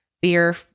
beer